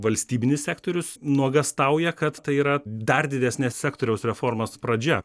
valstybinis sektorius nuogąstauja kad tai yra dar didesnė sektoriaus reformos pradžia